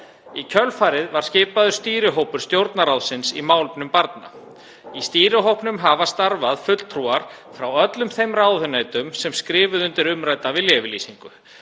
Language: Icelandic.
Í kjölfarið var skipaður stýrihópur Stjórnarráðsins í málefnum barna. Í stýrihópnum hafa starfað fulltrúar frá öllum þeim ráðuneytum sem skrifuðu undir umrædda viljayfirlýsingu.